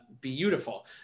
beautiful